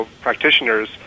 practitioners